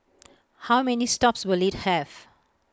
how many stops will IT have